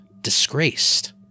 disgraced